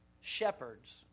shepherds